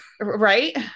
Right